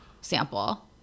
sample